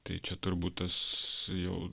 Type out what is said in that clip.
tai čia turbūt tas jau